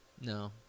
No